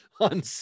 on